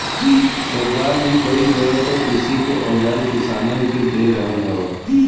सरकार भी कई तरह क कृषि के औजार किसानन के दे रहल हौ